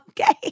Okay